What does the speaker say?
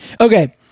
Okay